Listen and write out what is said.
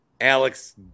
Alex